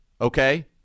okay